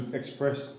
express